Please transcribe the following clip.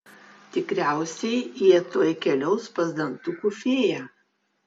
tikriausiai jie tuoj keliaus pas dantukų fėją